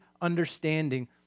understanding